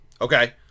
Okay